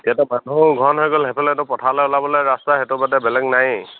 এতিয়াতো মানুহ ঘন হৈ গ'ল সেইফালেতো পথাৰলে ওলাবলে ৰাস্তা সেইটো বাদে বেলেগ নায়েই